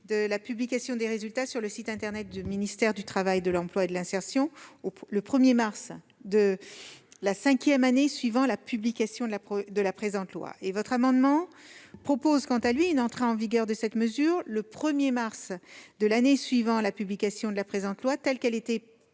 de la publication des résultats sur le site internet du ministère du travail, de l'emploi et de l'insertion le 1 mars de la cinquième année suivant la publication de la présente loi. Ces amendements visent à prévoir, quant à eux, une entrée en vigueur de cette mesure le 1 mars de l'année suivant la publication de la présente loi, conformément au